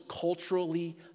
culturally